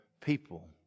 people